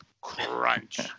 Crunch